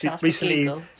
recently